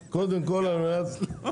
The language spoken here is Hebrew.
בעקבות הבעיה, לא מצליחים ---?